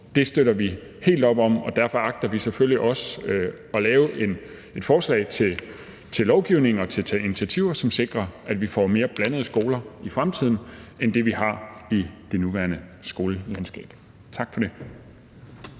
støtter vi helt op om, og derfor agter vi selvfølgelig også at lave et forslag til lovgivning og at tage initiativer, som sikrer, at vi får mere blandede skoler i fremtiden end dem, vi har i det nuværende skolelandskab. Tak for det.